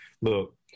look